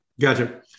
Gotcha